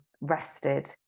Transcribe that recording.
rested